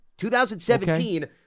2017